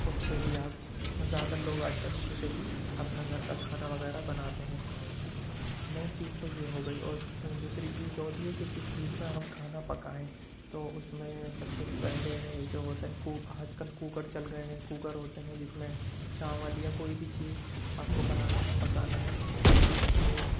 اس سے بھی آپ زیادہ تر لوگ آج کل اسی سے ہی اپنا گھر کا کھانا وغیرہ بناتے ہیں مین چیز تو یہ ہو گئی اور دوسری چیز جو ہوتی ہے کہ کس چیز میں ہم کھانا پکائیں تو اس میں سب سے پہلے ہے جو ہوتا ہے کو آج کل کوکر چل گئے ہیں کوکر ہوتے ہیں جس میں چاول یا کوئی بھی چیز آپ کو بنانا ہے پکانا ہے تو سیٹی آتی ہے